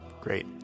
Great